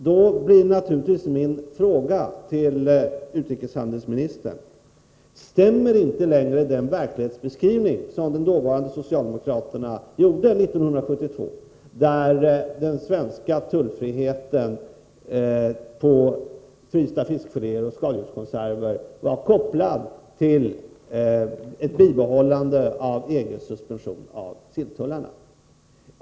Då blir naturligtvis mina frågor till utrikeshandelsministern: Stämmer inte längre den verklighetsbeskrivning som den dåvarande socialdemokratiska regeringen gjorde 1972, där den svenska tullfriheten på frysta fiskfiléer och fiskoch skaldjurskonserver var kopplad till ett bibehållande av EG:s suspension av silltullarna?